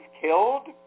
killed